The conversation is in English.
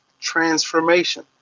transformation